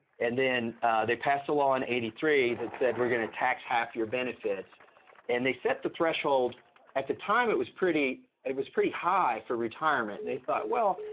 and then they passed a law in eighty three that said we're gonna tax half your benefits and they set the threshold at the time it was pretty it was pretty high for retirement. they thought, well,